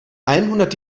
einhundert